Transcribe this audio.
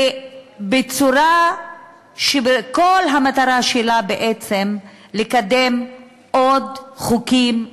בצורה שכל המטרה שלה בעצם לקדם עוד חוקים אנטי-דמוקרטיים,